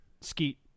skeet